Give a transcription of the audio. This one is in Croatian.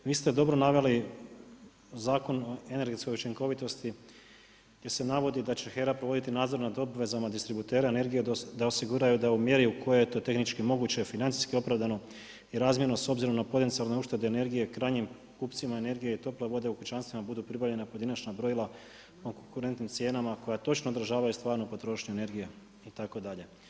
Vi ste dobro naveli Zakon o energetskoj učinkovitosti gdje se navodi da će HERA provoditi nadzor nad obvezama distributera energije da osiguraju da u mjeri u kojoj je to tehnički moguće financijski opravdano i razmjerno s obzirom na potencijalne uštede energije krajnjim kupcima energije tople vode u kućanstvima budu pribavljena pojedinačna brojila po konkurentnim cijenama koja točno odražavaju stvarnu potrošnju energije itd.